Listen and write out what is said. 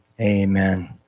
Amen